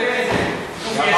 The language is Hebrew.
תראה איזה גוף יש לו,